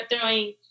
throwing